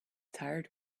tired